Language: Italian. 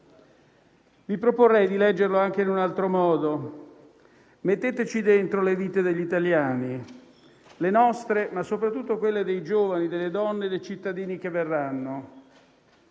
Vi proporrei di leggerlo anche in un altro modo: metteteci dentro le vite degli italiani, le nostre ma soprattutto quelle dei giovani, delle donne, dei cittadini che verranno,